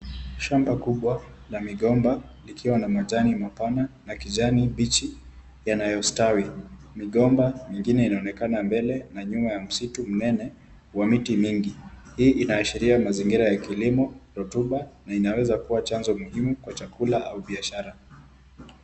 Shamba kubwa la migomba likiwa na majani mapana ya kijani bichi yanayostawi. Migomba ingine inaonekana mbele na nyuma ya msitu mnene wa miti mingi, hii inaashiria mazingira ya kilimo, rotuba na inaweza kuwa chanzo muhimu kwa chakula au biashara.